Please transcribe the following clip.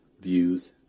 views